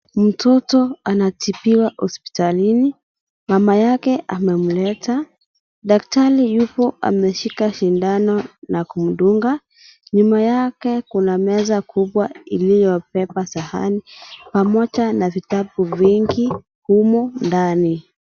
Toto anatibiwa hospitalini, mama yake amemleta, daktari yupo ameshika sindano na kundunga, nyuma yake kuna meza kubwa iliyobeba sahani pamoja na vitabu vingi humo ndani.